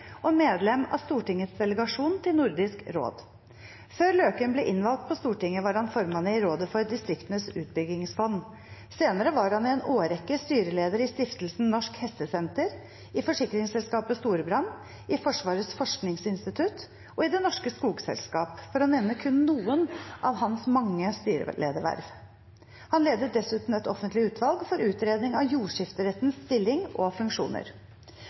og medlem av Stortingets delegasjon til Nordisk råd. Før Løken ble innvalgt på Stortinget, var han formann i rådet for Distriktenes Utbyggingsfond. Senere var han i en årrekke styreleder i stiftelsen Norsk Hestesenter, i forsikringsselskapet Skogbrand, i Forsvarets forskningsinstitutt og i Det norske Skogselskap, for å nevne kun noen av hans mange styrelederverv. Han ledet dessuten et offentlig utvalg for utredning av jordskifterettens stilling og funksjoner.